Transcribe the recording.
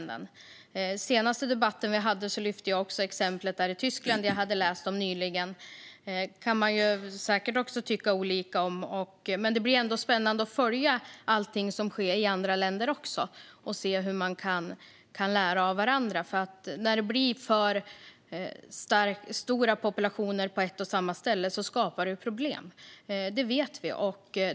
I den senaste debatten vi hade lyfte jag upp ett exempel från Tyskland som jag nyligen hade läst om. Det kan man säkert också tycka olika om, men det blir ändå spännande att följa allt som sker i andra länder och se hur man kan lära av varandra. När det blir för stora populationer på ett och samma ställe skapar det problem - det vet vi.